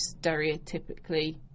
stereotypically